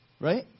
Right